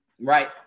right